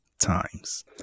times